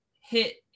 hit